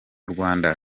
rwanda